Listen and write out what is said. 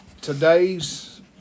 today's